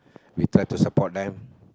we try to support them